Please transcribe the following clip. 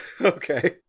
Okay